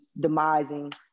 demising